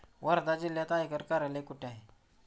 वर्धा जिल्ह्यात आयकर कार्यालय कुठे आहे?